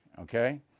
Okay